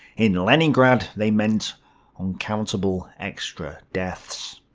in leningrad, they meant uncountable extra deaths.